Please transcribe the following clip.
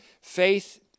Faith